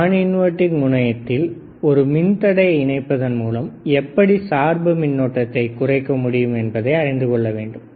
நான் இன்வர்டிங் முனையத்தில் ஒரு மின் தடையை இணைப்பதன் மூலம் எப்படி சார்பு மின்னோட்டத்தை குறைக்க முடியும் என்பதை அறிந்து கொள்ள வேண்டும்